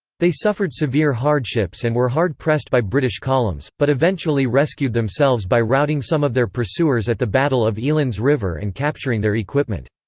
they suffered severe hardships and were hard pressed by british columns, but eventually rescued themselves by routing some of their pursuers at the battle of elands river and capturing their equipment.